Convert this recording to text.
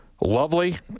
Lovely